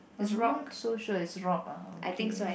I'm not so sure is rock ah okay